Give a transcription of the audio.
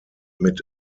mit